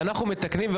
ואנחנו מתקנים.